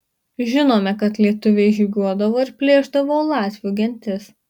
žinome kad lietuviai žygiuodavo ir plėšdavo latvių gentis